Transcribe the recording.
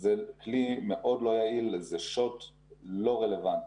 זה כלי מאוד לא יעיל, זה שוט לא רלוונטי.